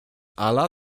ala